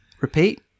Repeat